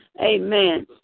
Amen